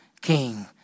King